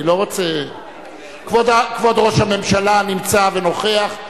כבוד ראש הממשלה נמצא ונוכח.